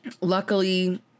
Luckily